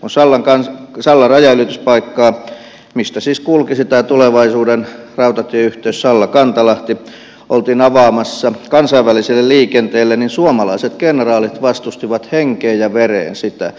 kun sallan rajanylityspaikkaa mistä siis kulkisi tämä tulevaisuuden rautatieyhteys sallakantalahti oltiin avaamassa kansainväliselle liikenteelle niin suomalaiset kenraalit vastustivat henkeen ja vereen sitä